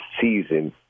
season